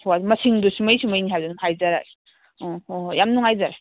ꯍꯣꯏ ꯃꯁꯤꯡꯗꯨ ꯁꯨꯃꯩ ꯁꯨꯃꯩꯅꯤ ꯍꯥꯏꯕꯗꯨ ꯑꯗꯨꯝ ꯍꯥꯏꯖꯔꯛꯑꯒꯦ ꯎꯝ ꯍꯣꯏ ꯍꯣꯏ ꯌꯥꯝ ꯅꯨꯡꯉꯥꯏꯖꯔꯦ